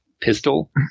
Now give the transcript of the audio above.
pistol